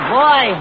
boy